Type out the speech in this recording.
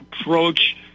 approach